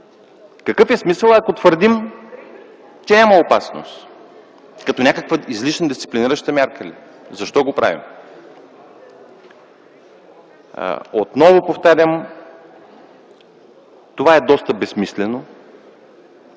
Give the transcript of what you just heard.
Какъв е смисълът, ако твърдим, че има опасност – като някаква излишна дисциплинираща мярка ли? Защо го правим? Отново повтарям, това е доста безсмислено,